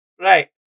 Right